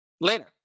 later